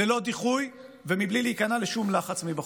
ללא דיחוי ובלי להיכנע לשום לחץ מבחוץ.